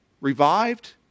revived